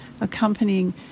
accompanying